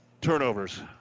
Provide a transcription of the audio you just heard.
Turnovers